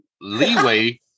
leeway